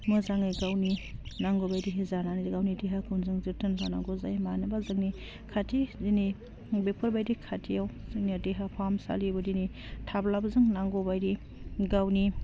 मोजाङै गावनि नांगौबायदि जानानै गावनि देहाखौ जों जोथोन लानांगौ जायो मानोबा जोंनि खाथि दिनै बेफोरबायदि खाथियाव जोंनिया देहा फाहामसालिबो दिनै थाब्लाबो जों नांगौ बायदि गावनि